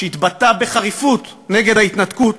שהתבטא בחריפות נגד ההתנתקות,